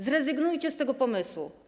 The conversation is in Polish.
Zrezygnujcie z tego pomysłu.